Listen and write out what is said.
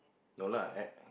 no lah air air